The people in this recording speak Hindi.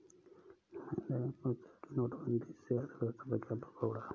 महेंद्र ने पूछा कि नोटबंदी से अर्थव्यवस्था पर क्या प्रभाव पड़ा